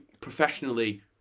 professionally